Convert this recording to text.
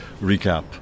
recap